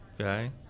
Okay